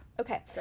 Okay